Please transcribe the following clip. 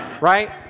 right